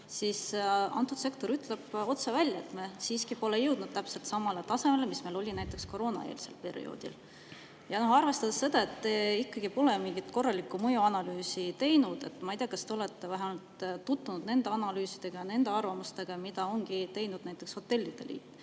siis antud sektor ütleb otse välja, et me siiski pole jõudnud samale tasemele, mis meil oli näiteks koroonaeelsel perioodil. Arvestades seda, et te ikkagi pole mingit korralikku mõjuanalüüsi teinud, ma ei tea, kas te olete vähemalt tutvunud nende analüüsidega, mida on teinud hotellide liit,